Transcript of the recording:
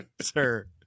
sir